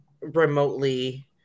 remotely